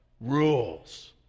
Rules